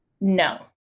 No